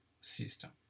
system